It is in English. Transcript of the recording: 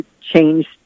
changed